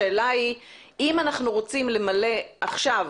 השאלה היא אם אנחנו רוצים למלא עכשיו,